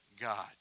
God